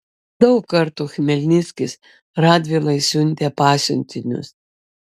daug kartų chmelnickis radvilai siuntė pasiuntinius